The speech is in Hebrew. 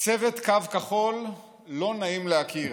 צוות קו כחול, לא נעים להכיר.